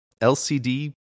LCD